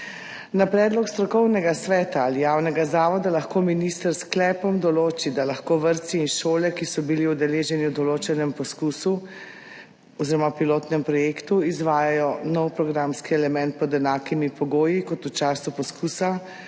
Na predlog strokovnega sveta ali javnega zavoda lahko minister s sklepom določi, da lahko vrtci in šole, ki so bili udeleženi v določenem poskusu oziroma pilotnem projektu, izvajajo nov programski element pod enakimi pogoji kot v času poskusa